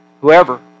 Whoever